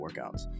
workouts